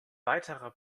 weiterer